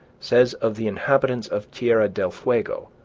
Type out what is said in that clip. says of the inhabitants of tierra del fuego,